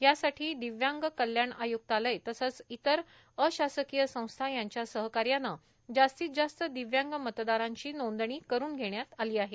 यासाठी दिव्यांग कल्याण आय्क्तालय तसेच इतर अशासकीय संस्था यांच्या सहकार्याने जास्तीत जास्त दिव्यांग मतदारांची नोंदणी करुन घेण्यात आली आहे